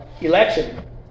election